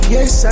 Yes